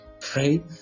pray